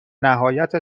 نهایت